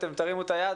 תרימו את היד,